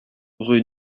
rue